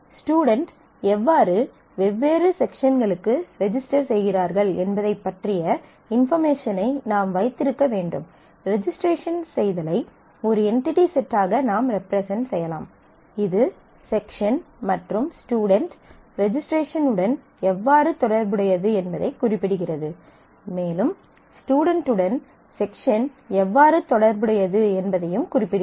student எவ்வாறு வெவ்வேறு செக்ஷன்களுக்கு ரெஜிஸ்டர் செய்கிறார்கள் என்பதைப் பற்றிய இன்பார்மேஷனை நாம் வைத்திருக்க வேண்டும் ரெஜிஸ்ட்ரேஷன் செய்தலை ஒரு என்டிடி செட்டாக நாம் ரெப்ரசன்ட் செய்யலாம் இது செக்ஷன் மற்றும் ஸ்டுடென்ட் ரெஜிஸ்ட்ரேஷன் உடன் எவ்வாறு தொடர்புடையது என்பதைக் குறிப்பிடுகிறது மேலும் ஸ்டுடென்ட்டுடன் செக்ஷன் எவ்வாறு தொடர்புடையது என்பதையும் குறிப்பிடுகிறது